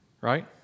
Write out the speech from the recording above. right